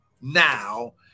now